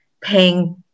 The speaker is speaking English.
paying